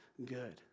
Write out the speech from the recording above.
good